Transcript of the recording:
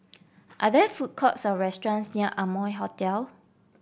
are there food courts or restaurants near Amoy Hotel